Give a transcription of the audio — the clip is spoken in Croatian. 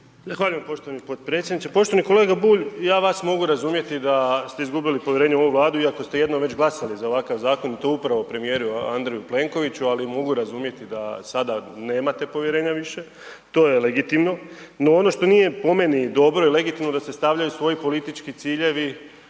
poštovani potpredsjedniče. Poštovani kolega Bulj. Ja vas mogu razumjeti da ste izgubili povjerenje u ovu Vladu iako ste jednom već glasali za ovakav zakon i to upravo premijeru Andreju Plenkoviću, ali mogu razumjeti da sada nemate povjerenja više. To je legitimno, ono što nije po meni dobro i legitimno, da se stavljaju svoji politički ciljevi,